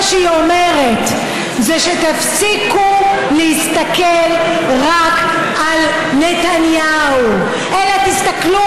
מה שהיא אומרת זה שתפסיקו להסתכל רק על נתניהו אלא תסתכלו